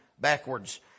backwards